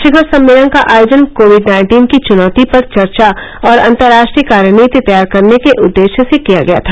शिखर सम्मेलन का आयोजन कोविड नाइन्टीन की चुनौती पर चर्चा और अंतर्राष्ट्रीय कार्यनीति तैयार करने के उद्देश्य से किया गया था